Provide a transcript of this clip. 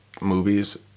movies